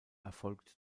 erfolgt